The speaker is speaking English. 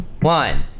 one